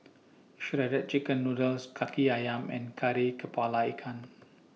Shredded Chicken Noodles Kaki Ayam and Kari Kepala Ikan